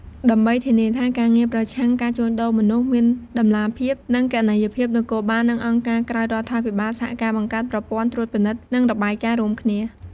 ដើម្បីធានាថាការងារប្រឆាំងការជួញដូរមនុស្សមានតម្លាភាព និងគណនេយ្យភាព នគរបាល និងអង្គការក្រៅរដ្ឋាភិបាលសហការបង្កើតប្រព័ន្ធត្រួតពិនិត្យ និងរបាយការណ៍រួមគ្នា។